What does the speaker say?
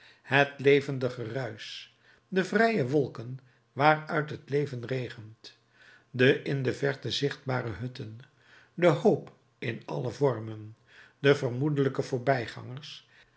het levendig geruisch de vrije wolken waaruit het leven regent de in de verte zichtbare hutten de hoop in alle vormen de vermoedelijke voorbijgangers